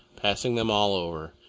passing them all over,